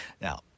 Now